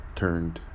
turned